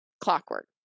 clockwork